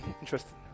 Interesting